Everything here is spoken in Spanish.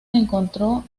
encontró